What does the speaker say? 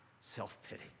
self-pity